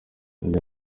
indi